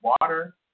water